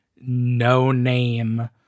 no-name